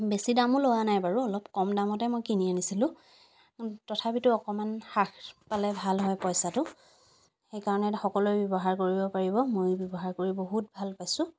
বেছি দামো লোৱা নাই বাৰু অলপ কম দামতে মই কিনি আনিছিলোঁ তথাপিতো অকণমান হ্ৰাস পালে ভাল হয় পইচাটো সেইকাৰণে সকলোৱে ব্যৱহাৰ কৰিব পাৰিব ময়ো ব্যৱহাৰ কৰি বহুত ভাল পাইছোঁ